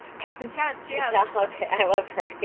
captain chants yeah. yeah, okay. i love her.